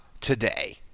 today